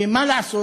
ומה לעשות,